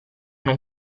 non